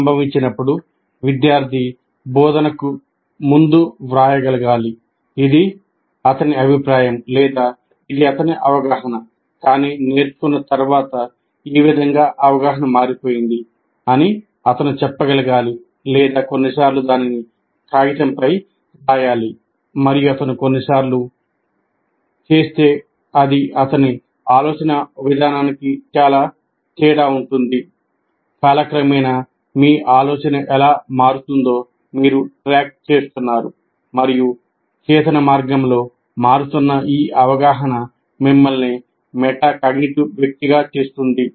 సంభావిత మార్పు మారుతున్న ఈ అవగాహన మిమ్మల్ని మెటాకాగ్నిటివ్ వ్యక్తిగా చేస్తుంది